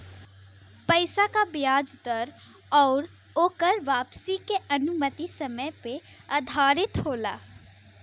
पइसा क बियाज दर आउर ओकर वापसी के अनुमानित समय पे आधारित होला